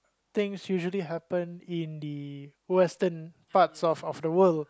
things usually happen in the Western parts of of the world